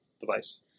device